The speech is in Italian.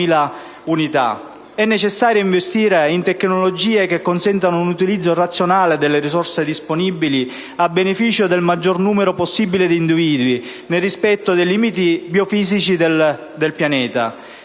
È necessario investire in tecnologie che consentano un utilizzo razionale delle risorse disponibili a beneficio del maggior numero possibile di individui, nel rispetto dei limiti biofisici del pianeta.